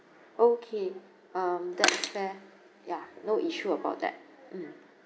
okay um that's fair yeah no issue about that mm